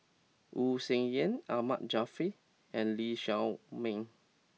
Wu Tsai Yen Ahmad Jaafar and Lee Shao Meng